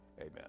Amen